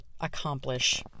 accomplish